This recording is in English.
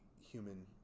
human